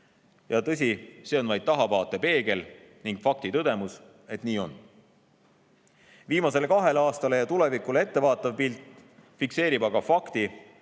Ja tõsi, see on vaid tahavaatepeegel ning fakti tõdemus, et nii on. Viimasele kahele aastale ja tulevikule ette vaatav pilk fikseerib aga fakti,